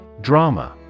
Drama